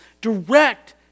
Direct